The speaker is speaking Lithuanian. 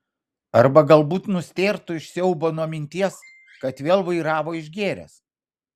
arba galbūt nustėrtų iš siaubo nuo minties kad vėl vairavo išgėręs